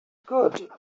good